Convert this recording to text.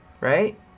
Right